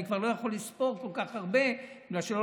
אני כבר לא יכול לספור כל כך הרבה בגלל שלא